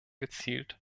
gezielt